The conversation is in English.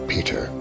Peter